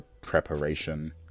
preparation